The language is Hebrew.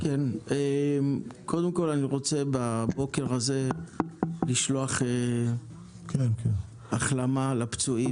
קודם כל אני רוצה בבוקר הזה לשלוח החלמה לפצועים